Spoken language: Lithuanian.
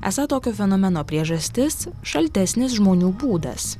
esą tokio fenomeno priežastis šaltesnis žmonių būdas